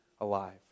alive